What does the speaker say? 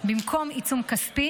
במקום עיצום כספי,